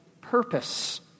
purpose